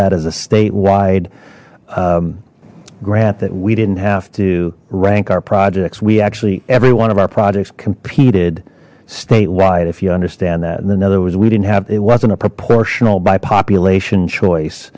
that is a statewide grant that we didn't have to rank our projects we actually every one of our projects competed statewide if you understand that in other words we didn't have it wasn't a proportional by population choice